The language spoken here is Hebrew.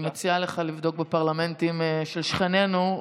אני מציעה לך לבדוק בפרלמנטים של שכנינו,